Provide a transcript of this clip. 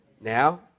Now